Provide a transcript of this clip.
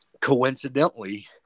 coincidentally